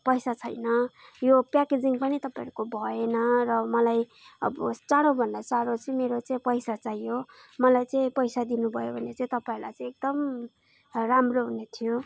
पैसा छैन यो प्याकेजिङ पनि तपाईँहरूको भएन र मलाई अब चाँडोभन्दा चाँडो चाहिँ मेरो चाहिँ पैसा चाहियो मलाई चाहिँ पैसा दिनु भयो भने चाहिँ तपाईंहरूलाई चाहिँ एकदम राम्रो हुने थियो